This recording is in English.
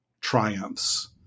triumphs